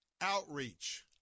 Outreach